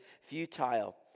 futile